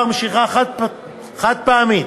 האוצר לקבוע בתקנות הוראות בדבר משיכה חד-פעמית,